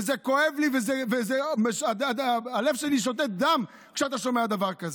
וזה כואב לי והלב שלי שותת דם כשאתה שומע דבר כזה.